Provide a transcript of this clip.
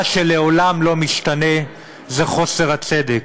מה שלעולם לא משתנה זה חוסר הצדק,